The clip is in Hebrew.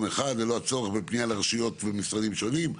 אחד ללא הצורך בפנייה לרשויות ומשרדים שונים,